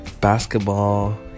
basketball